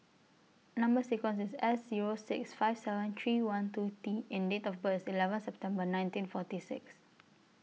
Number sequence IS S Zero six five seven three one two T and Date of birth IS eleven September nineteen forty six